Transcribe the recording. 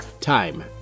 Time